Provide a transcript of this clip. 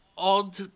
Odd